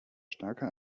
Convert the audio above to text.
starker